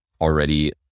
already